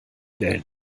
wellen